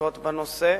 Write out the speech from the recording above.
שעוסקות בנושא.